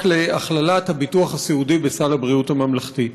להכללת הביטוח הסיעודי בסל הבריאות הממלכתי.